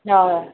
हय